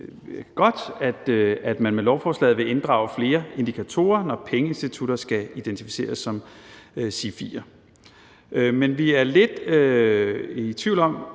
det er godt, at man med lovforslaget vil inddrage flere indikatorer, når pengeinstitutter skal identificeres som SIFI'er. Men vi er lidt i tvivl om,